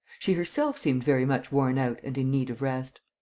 she herself seemed very much worn out and in need of rest.